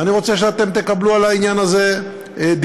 ואני רוצה שאתם תקבלו על העניין הזה דיווח.